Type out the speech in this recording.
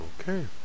okay